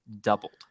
doubled